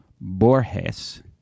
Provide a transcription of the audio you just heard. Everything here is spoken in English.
Borges